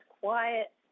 quiet